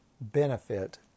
benefit